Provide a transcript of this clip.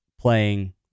playing